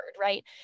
Right